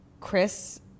Chris